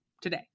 today